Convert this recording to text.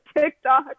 TikTok